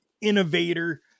innovator